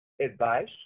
advice